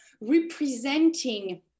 representing